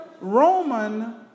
Roman